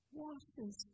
washes